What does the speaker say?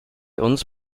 uns